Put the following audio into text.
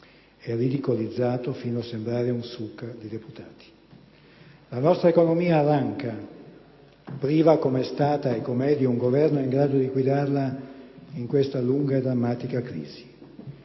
è ridicolizzato, fino a sembrare un *suk* di deputati. La nostra economia arranca, priva com'è stata e com'è di un Governo in grado di guidarla in questa lunga a drammatica crisi.